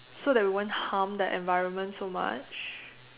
so that we won't harm the environment so much